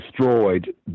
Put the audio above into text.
destroyed